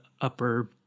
upper